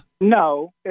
No